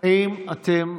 האם אתם,